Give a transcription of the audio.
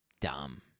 Dumb